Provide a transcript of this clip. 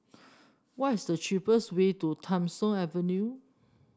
what is the cheapest way to Tham Soong Avenue